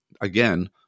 again